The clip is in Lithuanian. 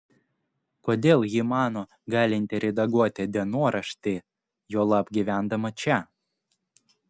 kodėl ji mano galinti redaguoti dienoraštį juolab gyvendama čia